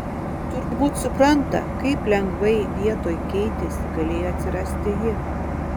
turbūt supranta kaip lengvai vietoj keitėsi galėjo atsirasti ji